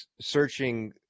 Searching